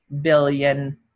billion